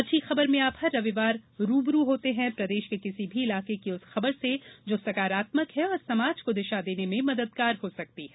अच्छी खबर में आप हर रविवार रू ब रू होते हैं प्रदेश के किसी भी इलाके की उस खबर से जो सकारात्मक है और समाज को दिशा देने में मददगार हो सकती है